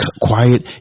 quiet